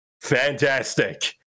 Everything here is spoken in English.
Fantastic